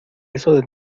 eso